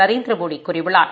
நரேந்திரமோடி கூறியுள்ளார்